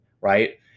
right